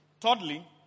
Thirdly